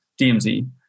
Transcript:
DMZ